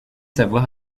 savoir